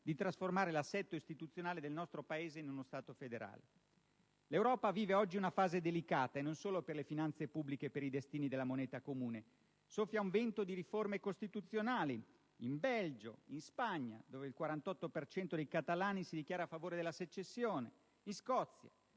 di trasformare l'assetto istituzionale del nostro Paese in uno Stato federale. L'Europa vive oggi una fase delicata e non solo per le finanze pubbliche e per i destini della moneta comune; soffia un vento di riforme costituzionali in Belgio, in Spagna (dove il 48 per cento dei catalani si dichiara a favore della secessione) ed in Scozia.